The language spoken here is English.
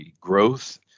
growth